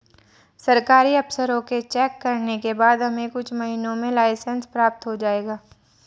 सरकारी अफसरों के चेक करने के बाद हमें कुछ महीनों में लाइसेंस प्राप्त हो जाएगा